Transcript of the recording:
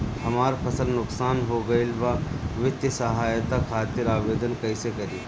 हमार फसल नुकसान हो गईल बा वित्तिय सहायता खातिर आवेदन कइसे करी?